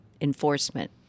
enforcement